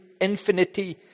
infinity